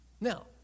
Now